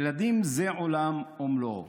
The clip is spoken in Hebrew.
ילדים זה עולם ומלואו,